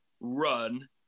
run